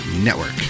Network